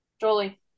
Jolie